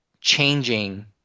changing